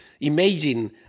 imagine